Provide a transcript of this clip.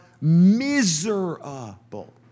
miserable